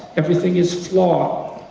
everything is flawed,